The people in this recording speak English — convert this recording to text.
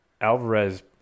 Alvarez